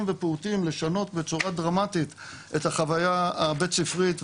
ופעוטים לשנות בצורה דרמטית את החוויה הבית ספרית,